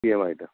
E M I টা